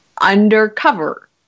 undercover